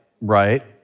Right